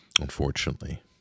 unfortunately